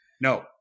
no